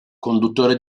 conduttore